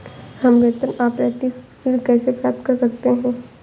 हम वेतन अपरेंटिस ऋण कैसे प्राप्त कर सकते हैं?